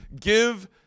give